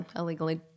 illegally